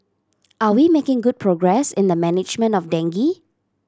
are we making good progress in the management of dengue